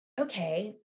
okay